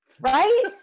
right